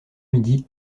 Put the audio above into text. midi